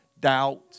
doubt